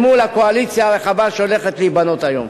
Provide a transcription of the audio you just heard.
מול הקואליציה הרחבה שהולכת להיבנות היום.